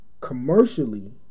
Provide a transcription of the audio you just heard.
commercially